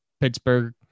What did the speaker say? Pittsburgh